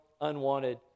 unwanted